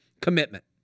commitment